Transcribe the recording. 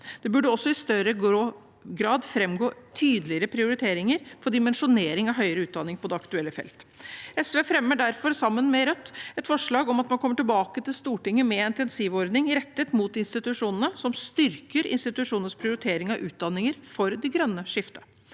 Det burde også i større grad framgå tydeligere prioriteringer for dimensjonering av høyere utdanning på det aktuelle felt. SV fremmer derfor sammen med Rødt et forslag om at man kommer tilbake til Stortinget med en intensivordning rettet mot institusjonene, som styrker institusjonenes prioritering av utdanninger for det grønne skiftet.